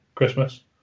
Christmas